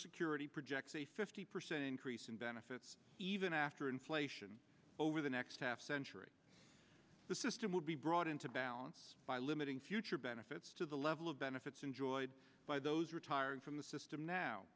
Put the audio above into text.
security projects a fifty percent increase in benefits even after inflation over the next half century the system would be brought into balance by limiting future benefits to the level of benefits enjoyed by those retiring from the system now